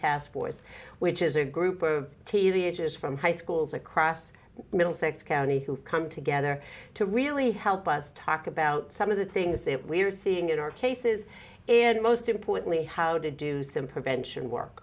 task force which is a group or t v images from high schools across middlesex county who've come together to really help us talk about some of the things that we're seeing in our cases and most importantly how to do some prevention work